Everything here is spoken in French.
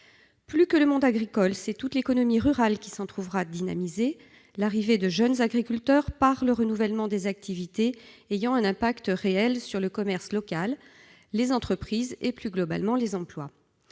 Plus que le monde agricole, c'est toute l'économie rurale qui s'en trouvera dynamisée, l'arrivée de jeunes agriculteurs, par le renouvellement des activités, ayant un réel impact sur le commerce local, les entreprises et, plus globalement, les emplois.